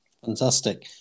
Fantastic